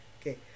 okay